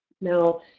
Now